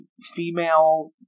female